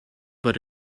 but